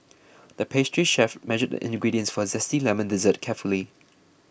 the pastry chef measured the ingredients for a Zesty Lemon Dessert carefully